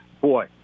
Boy